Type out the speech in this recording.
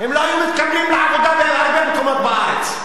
הם לא היו מתקבלים לעבודה בהרבה מקומות בארץ,